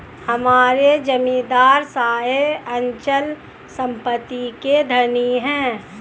हमारे जमींदार साहब अचल संपत्ति के धनी हैं